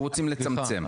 אנחנו רוצים לצמצם.